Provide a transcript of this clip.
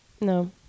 No